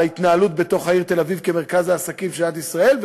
ההתנהלות בתוך העיר תל-אביב כמרכז העסקים של מדינת ישראל,